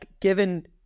given